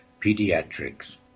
pediatrics